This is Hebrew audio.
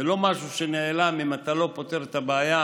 זה לא משהו שנעלם אם אתה לא פותר את הבעיה.